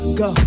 go